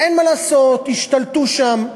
אין מה לעשות, השתלטו שם.